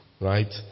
right